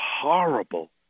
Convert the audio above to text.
horrible